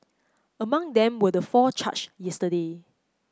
among them were the four charged yesterday